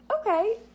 Okay